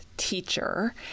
Teacher